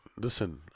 Listen